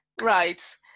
Right